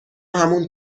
همون